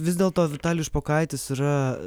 vis dėlto vitalijus špokaitis yra